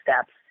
steps